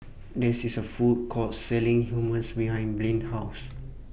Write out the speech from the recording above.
This IS A Food Court Selling Hummus behind Blain's House